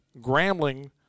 Grambling